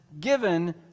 given